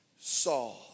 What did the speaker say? saw